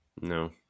No